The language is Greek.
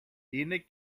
είναι